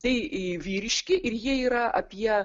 tai vyriški ir jie yra apie